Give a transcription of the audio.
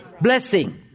Blessing